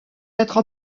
être